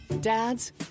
Dads